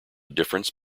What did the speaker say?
difference